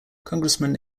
congressman